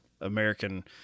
American